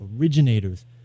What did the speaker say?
originators